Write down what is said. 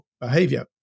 behavior